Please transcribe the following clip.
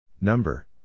Number